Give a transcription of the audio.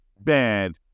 bad